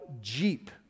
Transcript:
jeep